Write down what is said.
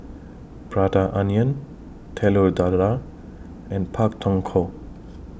Prata Onion Telur Dadah and Pak Thong Ko